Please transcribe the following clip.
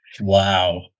Wow